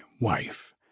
wife